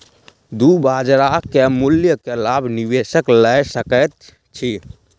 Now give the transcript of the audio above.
दू बजार के मूल्य के लाभ निवेशक लय सकैत अछि